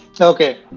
Okay